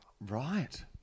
Right